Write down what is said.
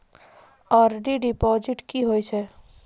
RD deposit की होय छै?